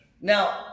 Now